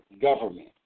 government